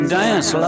dance